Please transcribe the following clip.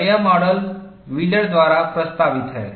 और यह model Wheeler द्वारा प्रस्तावित है